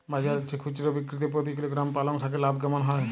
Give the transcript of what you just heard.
বাজারের চেয়ে খুচরো বিক্রিতে প্রতি কিলোগ্রাম পালং শাকে লাভ কেমন হয়?